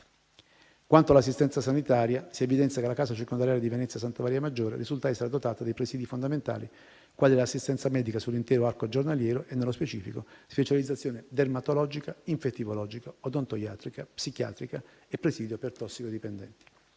Quanto all'assistenza sanitaria, si evidenzia che la casa circondariale di Venezia Santa Maria Maggiore risulta essere dotata dei presidi fondamentali quali l'assistenza medica sull'intero arco giornaliero, e, nello specifico, specializzazione dermatologica, infettivologica, odontoiatrica, psichiatrica e presidio per tossicodipendenti.